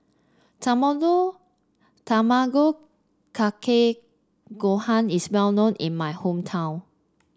tamago Tamago Kake Gohan is well known in my hometown